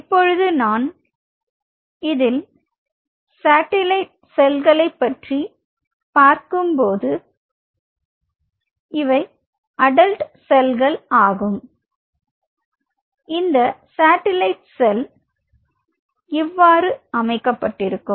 இப்போது நான் இதில் சாட்டிலைட் செல் பற்றி நாம் பார்க்கும்போது இவை அடல்ட் செல்கள் ஆகும் இந்த சாட்டிலைட் செல் இவ்வாறு அமைக்கப்பட்டிருக்கும்